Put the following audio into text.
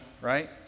right